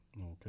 Okay